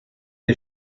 est